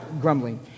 grumbling